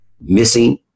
missing